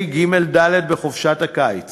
לתלמידי כיתות ג'-ד' בחופשת הקיץ